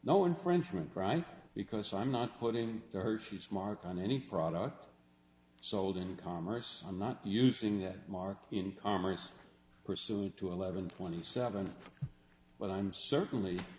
no infringement right because i'm not putting her she's mark on any product sold in commerce i'm not using that mark in commerce pursuit to eleven twenty seven but i'm certainly